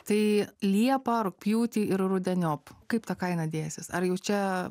tai liepą rugpjūtį ir rudeniop kaip ta kaina dėsis ar jau čia